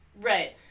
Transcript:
Right